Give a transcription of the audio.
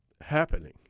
happening